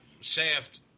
Shaft